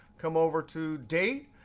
come over to date,